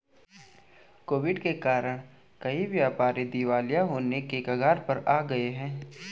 Covid के कारण कई व्यापारी दिवालिया होने की कगार पर आ गए हैं